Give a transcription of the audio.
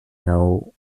know